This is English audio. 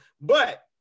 but-